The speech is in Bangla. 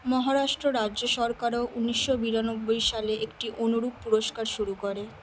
মহারাষ্ট্র রাজ্য সরকারও উনিশশো বিরানব্বই সালে একটি অনুরূপ পুরস্কার শুরু করে